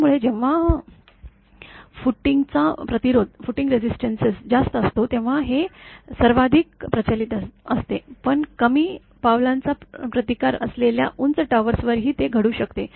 त्यामुळे जेव्हा फुटींगचा प्रतिरोध जास्त असतो तेव्हा हे सर्वाधिक प्रचलित असते पण कमी पावलांचा प्रतिकार असलेल्या उंच टॉवर्सवरही ते घडू शकते